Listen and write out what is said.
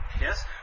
Yes